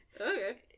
Okay